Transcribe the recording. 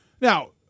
now